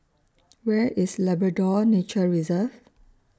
Where IS Labrador Nature Reserve